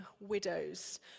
widows